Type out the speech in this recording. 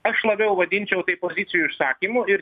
aš labiau vadinčiau tai pozicijų išsakymu ir